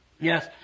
Yes